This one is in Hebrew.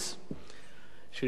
שהניח חבר הכנסת מאיר שטרית,